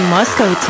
Moscow